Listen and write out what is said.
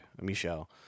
Michelle